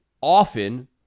often